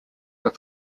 were